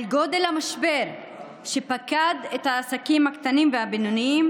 גודל המשבר שפקד את העסקים הקטנים והבינוניים,